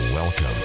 Welcome